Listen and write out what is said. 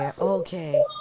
Okay